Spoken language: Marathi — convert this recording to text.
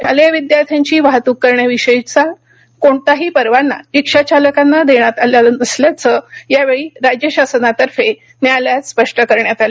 शालेय विदयार्थ्यांची वाहत्क करण्याविषयीची कोणताही परवाना रिक्षा चालकांना देण्यात आलेला नसल्याचं यावेळी राज्य शासनातर्फे न्यायालयात स्पष्ट करण्यात आलं